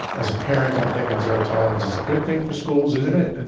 as a parent, i'm thinking zero tolerance is a good thing for schools, isn't it? and